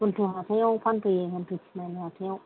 हुलथु हाथायाव फानफैयो हुलथु थिनालि हाथायाव